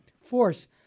force